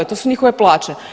To su njihove plaće.